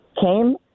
came